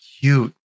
cute